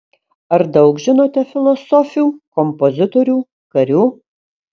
ar daug žinote filosofių kompozitorių karių